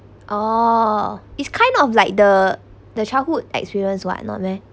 oh it's kind of like the the childhood experience [what] not meh